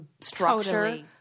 structure